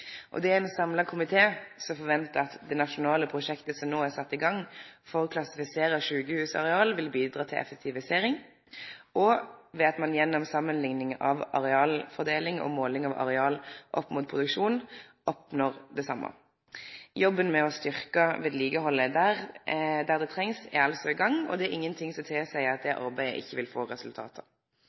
ressursutnytting. Det er ein samla komité som forventar at det nasjonale prosjektet som no er sett i gang for å klassifisere sjukehusareal, vil bidra til effektivisering, ved at ein gjennom samanlikning av arealfordeling og måling av areal opp mot produksjon oppnår det same. Jobben med å styrkje vedlikehaldet der det trengst, er altså i gang, og det er ingenting som tilseier at det arbeidet ikkje vil